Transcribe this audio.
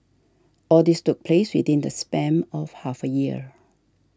all this took place within the span of half a year